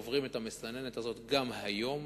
עוברים את המסננת הזאת גם היום,